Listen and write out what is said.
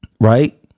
Right